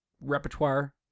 repertoire